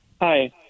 Hi